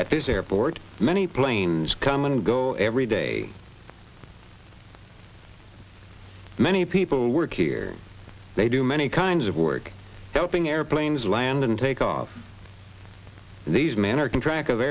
at this airport many planes come and go every day many people work here they do many kinds of work helping airplanes land and takeoff these manner can track of